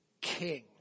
king